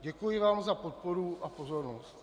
Děkuji vám za podporu a za pozornost.